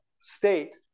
state